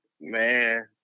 Man